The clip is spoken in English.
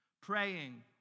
praying